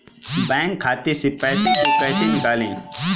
Bank खाते से पैसे को कैसे निकालें?